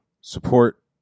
support